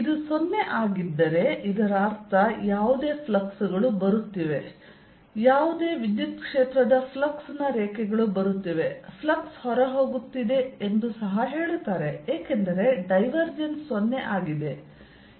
ಇದು 0 ಆಗಿದ್ದರೆ ಇದರರ್ಥ ಯಾವುದೇ ಫ್ಲಕ್ಸ್ ಗಳು ಬರುತ್ತಿವೆ ಯಾವುದೇ ವಿದ್ಯುತ್ ಕ್ಷೇತ್ರದ ಫ್ಲಕ್ಸ್ನ ರೇಖೆಗಳು ಬರುತ್ತಿವೆ ಫ್ಲಕ್ಸ್ ಹೊರಹೋಗುತ್ತಿದೆ ಎಂದು ಸಹ ಹೇಳುತ್ತಾರೆ ಏಕೆಂದರೆ ಈ ಡೈವರ್ಜೆನ್ಸ್ 0 ಆಗಿದೆ